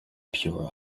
pure